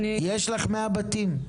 יש לך 100 בתים?